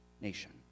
nation